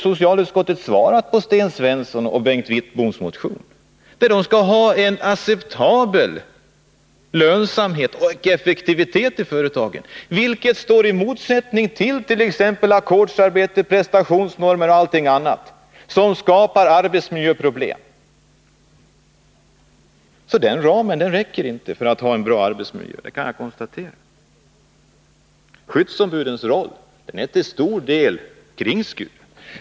Socialutskottet har ju svarat på Sten Svenssons och Bengt Wittboms motion, där de kräver acceptabel lönsamhet och effektivitet i företagen, vilket står i motsats till ackordsarbete, prestationsnormer och allt möjligt annat som skapar arbetsmiljöproblem. Den ram som Gabriel Romanus håller sig inom räcker alltså inte för att ge en bra arbetsmiljö. Skyddsombudens roll är till stor del kringskuren.